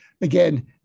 again